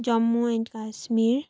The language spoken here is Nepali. जम्मू एन्ड काश्मिर